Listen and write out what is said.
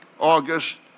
August